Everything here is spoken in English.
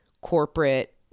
corporate